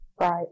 Right